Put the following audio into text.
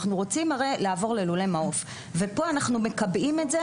אנחנו הרי רוצים לעבור ללולי מעוף וכאן אנחנו מקבעים את זה